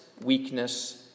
weakness